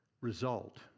result